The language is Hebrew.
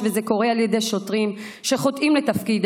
וזה קורה על ידי שוטרים שחוטאים לתפקידם